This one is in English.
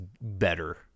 better